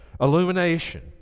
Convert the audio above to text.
illumination